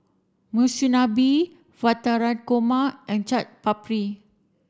Monsunabe Navratan Korma and Chaat Papri